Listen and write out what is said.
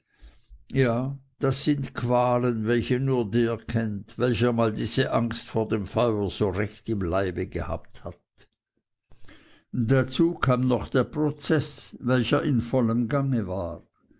ja das sind qualen welche nur der kennt welcher mal diese angst vor dem feuer so recht im leibe gehabt hat dazu kam noch der prozeß welcher in vollem gange war